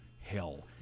hell